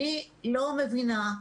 אני לא מבינה.